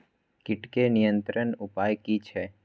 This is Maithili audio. कीटके नियंत्रण उपाय कि छै?